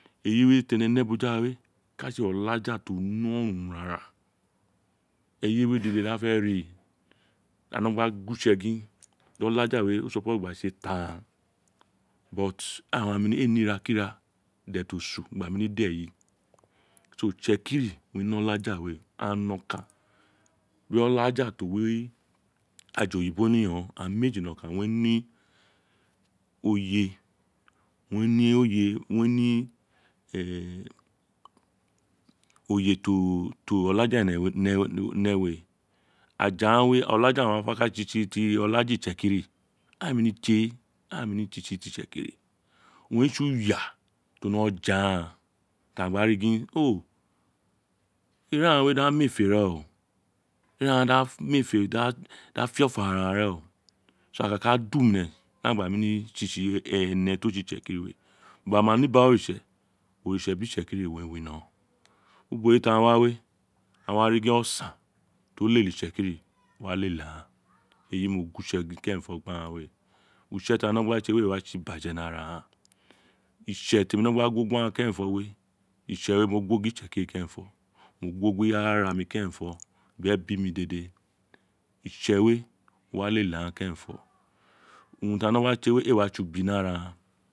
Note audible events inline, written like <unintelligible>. Eyi we téné né boja we ka tse olaja ọlàjà tí o nẹ urun ara eye we dèdè di a fé rii dí a nọ gba gu wo itse gin dí ọlaja we do <unintelligible> tse taghan éè nemí ée ní iraki ira dé ti asun gbane eyewe <unintelligible> itse kiri owun re né ọlàjà we agháàn no kan bi olaja ti owi àjà oyibo ní yo̜ aghâân meji nokan we ní oye we ní oye we ni éè oye tí olaja énè né we aja ghan e olaja aghan ma ka tse tsi tsi itse kiri aghaan éè wa nemí tse tsi tsi tí tsekiri owun re tsi aya tí one le aghaan ti a gba ri gin o ira ran a miefe reen o itaran a miefe di a fé ofo araran reen o <unintelligible> a ka ka du nuné dí aghan gba nemi tsi tsi ene tí o tsi itsekiri we ní bara orite oritse bí itsekiri owun re winó ubo. e t a wa we awa ri gin osaan ti o lele itsekiri wa lele aghan eyi mo guere itse kérènfo gbi aghan uste ti aghan no gba tse we éè wa tsi ubo ibaje ní araran itse temí nó gba gu wo gbi aghan kérènfo we mo gu wo bi itsekiri kérénfo urun ti aghan nó tse we éè wa tsi ubì ní araran